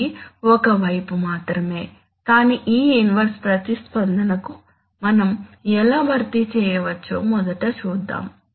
ఇది ఒక వైపు మాత్రమే కానీ ఈ ఇన్వర్స్ ప్రతిస్పందనకు మనం ఎలా భర్తీ చేయవచ్చో మొదట చూద్దాం